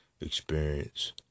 experience